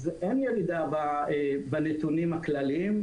אז אין ירידה בנתונים הכלליים,